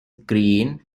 green